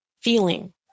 feeling